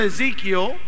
Ezekiel